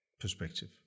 perspective